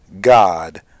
God